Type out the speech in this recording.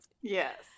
Yes